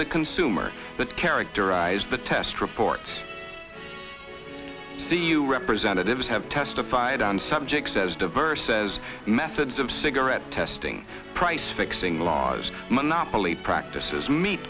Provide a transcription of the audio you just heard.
the consumer that characterized the test report the u representatives have testified on subjects as diverse as methods of cigarette testing price fixing laws monopoly practices me